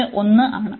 ഇത് 1 ആണ്